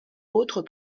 autres